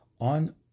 on